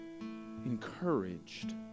encouraged